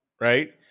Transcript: right